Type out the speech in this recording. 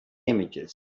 images